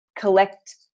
collect